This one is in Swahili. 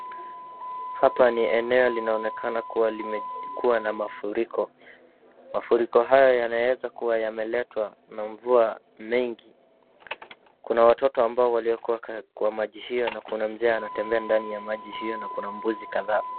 Hapa ni eneo linaonekana kuwa limekuwa na mafuriko. Mafuriko hayo yanaweza kuwa yameletwa na mvua mengi. Kuna watoto ambao waliokuwa kwa majii hiyo na kuna mzee natembea ndani ya maji hiyo na kuna mbuzi kadhaa.